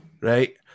right